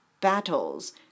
battles